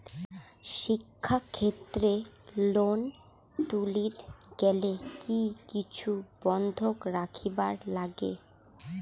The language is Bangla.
শিক্ষাক্ষেত্রে লোন তুলির গেলে কি কিছু বন্ধক রাখিবার লাগে?